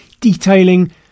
detailing